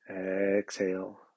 Exhale